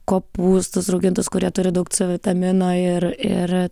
kopūstus raugintus kurie turi daug c vitamino ir ir